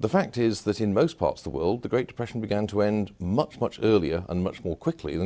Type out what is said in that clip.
the fact is that in most parts the world the great depression began to end much much earlier and much more quickly than